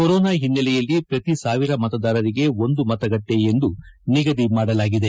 corona ಓನ್ನೆಲೆಯಲ್ಲಿ ಪ್ರತಿ ಸಾವಿರ ಮತದಾರರಿಗೆ ಮತಗಟ್ಟೆ ಎಂದು ನಿಗದಿ ಮಾಡಲಾಗಿದೆ